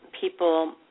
people